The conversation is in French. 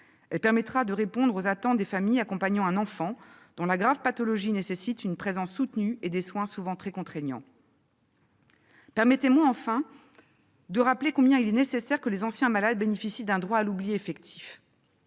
Elle permettra de répondre aux attentes des familles accompagnant un enfant dont la grave pathologie nécessite une présence soutenue et des soins souvent très contraignants. Permettez-moi enfin de rappeler combien il est nécessaire que les anciens malades bénéficient d'un droit à l'oubli effectif.